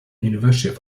university